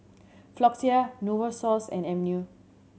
Floxia Novosource and Avene